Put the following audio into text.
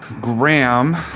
Graham